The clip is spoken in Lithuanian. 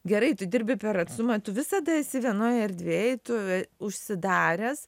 gerai tu dirbi per atstumą tu visada esi vienoj erdvėj tu užsidaręs